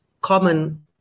common